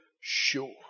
sure